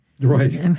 Right